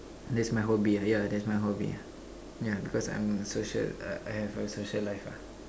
that's my hobby yeah that's my hobby yeah yeah because I am social I I have a social ah